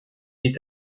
est